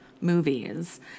movies